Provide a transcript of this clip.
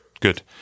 Good